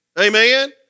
Amen